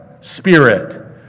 Spirit